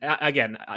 again